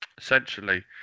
essentially